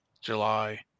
July